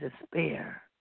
despair